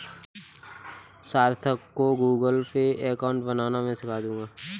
सार्थक को Google Pay account बनाना मैं सीखा दूंगा